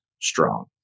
strong